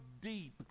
deep